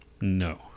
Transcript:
No